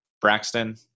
Braxton